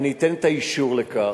אני אתן את האישור לכך.